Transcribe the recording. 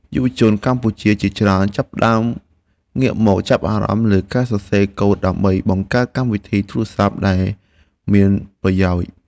យុវជនកម្ពុជាជាច្រើនចាប់ផ្តើមងាកមកចាប់អារម្មណ៍លើការសរសេរកូដដើម្បីបង្កើតកម្មវិធីទូរស័ព្ទដែលមានប្រយោជន៍។